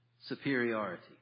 superiority